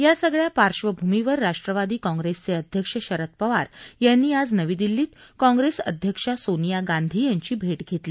या सगळ्या पार्श्वभूमीवर राष्ट्रवादी काँग्रेसचे अध्यक्ष शरद पवार यांनी आज नवी दिल्लीत काँग्रेस अध्यक्ष सोनिया गांधी यांची भेट घेतली